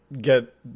get